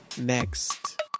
next